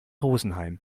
rosenheim